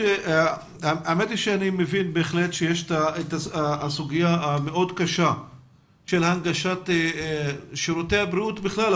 אני מבין בהחלט שיש סוגיה מאוד קשה של הנגשת שירותי בריאות בכלל,